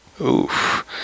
Oof